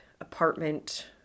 apartment